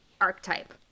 archetype